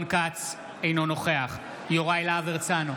אינו נוכח יוראי להב הרצנו,